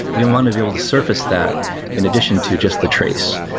we want to be able to surface that in addition to just the trace.